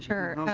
for